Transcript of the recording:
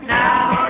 now